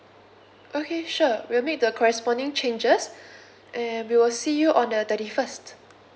okay sure we'll make the corresponding changes and we will see you on the thirty first